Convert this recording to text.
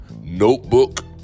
Notebook